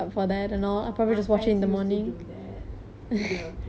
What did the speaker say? my friends used to do that they were crazy